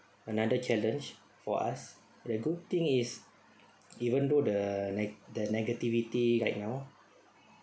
another challenge for us the good thing is even though the like the negativity like now